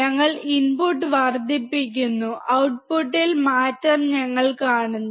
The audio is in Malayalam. ഞങ്ങൾ ഇൻപുട്ട് വർദ്ധിപ്പിക്കുന്നു ഔട്ട്പുട്ടിൽ മാറ്റം ഞങ്ങൾ കാണുന്നു